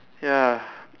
ya